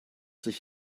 sich